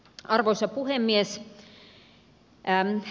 arvoisa puhemies